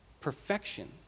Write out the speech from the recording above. perfection